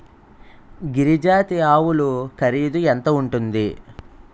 గిరి జాతి ఆవులు ఖరీదు ఎంత ఉంటుంది?